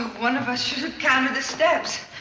one of us should've counted the steps.